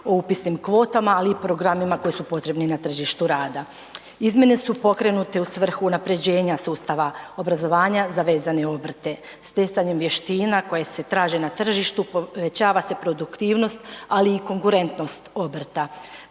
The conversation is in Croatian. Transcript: o upisnim kvotama, ali i programima koji su potrebni na tržištu rada. Izmjene su pokrenute u svrhu unapređenja sustava obrazovanja za vezane obrte. Stjecanjem vještina koje se traže na tržištu povećava se produktivnost, ali i konkurentnost obrta.